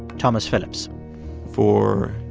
thomas phillips for